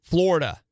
Florida